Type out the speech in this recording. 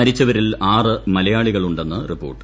മരിച്ചവരിൽ ആറ് മലയാളികൾ ഉണ്ടെന്ന് റിപ്പോർട്ട്